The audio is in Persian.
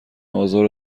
آزار